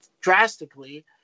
drastically